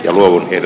walker